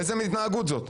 איזו מן התנהגות זאת?